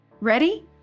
Ready